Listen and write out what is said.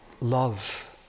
love